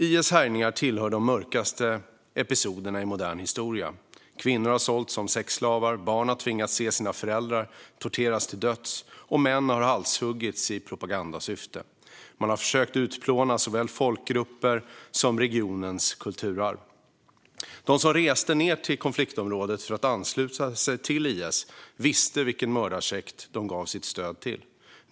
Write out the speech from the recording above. IS härjningar tillhör de mörkaste episoderna i modern historia. Kvinnor har sålts som sexslavar, barn har tvingats se sina föräldrar torteras till döds och män har halshuggits i propagandasyfte. Man har försökt utplåna såväl folkgrupper som regionens kulturarv. De som reste ned till konfliktområdet för att ansluta sig till IS visste vilken mördarsekt de gav sitt stöd till.